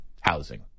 housing